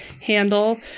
handle